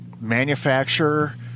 manufacturer